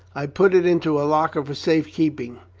i put it into a locker for safe keeping,